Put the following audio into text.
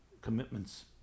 commitments